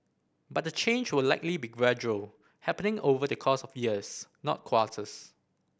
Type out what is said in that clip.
but the change will likely be gradual happening over the course of years not quarters